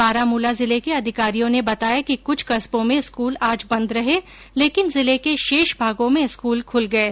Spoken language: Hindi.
बारामूला जिले के अधिकारियों ने बताया कि कुछ कस्बों में स्कूल आज बंद रहे लेकिन जिले के शेष भागों में स्कूल खूल गये